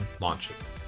launches